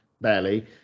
barely